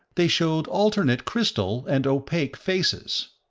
they showed alternate crystal and opaque faces.